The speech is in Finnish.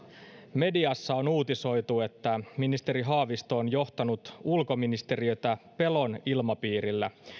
mediassa on uutisoitu että ministeri haavisto on johtanut ulkoministeriötä pelon ilmapiirillä